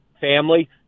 family